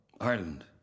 Ireland